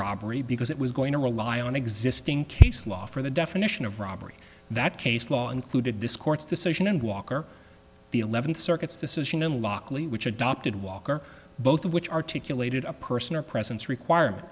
robbery because it was going to rely on existing case law for the definition of robbery that case law included this court's decision and walker the eleventh circuit's decision in lockley which adopted walker both of which articulated a person or presence requirement